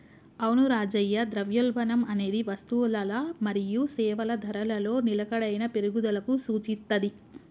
అవును రాజయ్య ద్రవ్యోల్బణం అనేది వస్తువులల మరియు సేవల ధరలలో నిలకడైన పెరుగుదలకు సూచిత్తది